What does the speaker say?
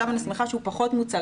ואני שמחה שהוא עכשיו פחות מוצג,